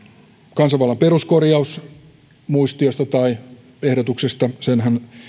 kansanvallan peruskorjaus muistiosta tai ehdotuksesta sen